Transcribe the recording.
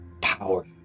power